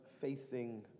facing